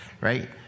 Right